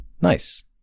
Nice